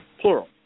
Plural